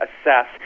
assess